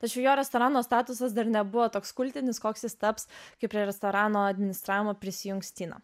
tačiau jo restorano statusas dar nebuvo toks kultinis koks jis taps kai prie restorano administravimo prisijungs tina